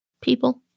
people